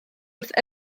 wrth